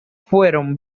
fueron